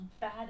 bad